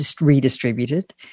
redistributed